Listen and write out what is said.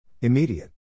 Immediate